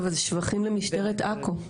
טוב, אז השבחים למשטרת עכו.